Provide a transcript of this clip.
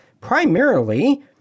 primarily